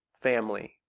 family